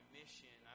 mission